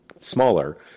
Smaller